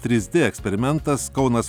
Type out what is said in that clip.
trys d eksperimentas kaunas